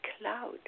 cloud